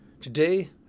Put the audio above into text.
Today